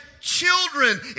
children